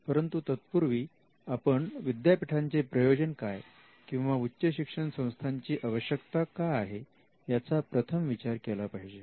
परंतु तत्पूर्वी आपण विद्यापीठांचे प्रयोजन काय किंवा उच्च शिक्षण संस्थांची आवश्यकता का आहे याचा प्रथम विचार केला पाहिजे